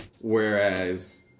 Whereas